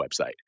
website